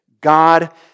God